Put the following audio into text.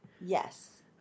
Yes